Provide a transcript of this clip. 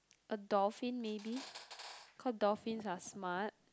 a dolphin maybe cause dolphin are smart